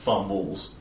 Fumbles